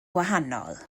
gwahanol